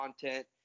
content